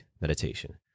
meditation